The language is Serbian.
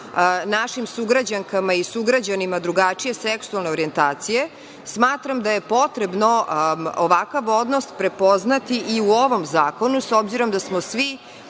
našim sugrađankama i sugrađanima drugačije seksualne orijentacije, smatram da je potrebno ovakav odnos prepoznati i u ovom zakonu, s obzirom da smo svi